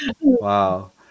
wow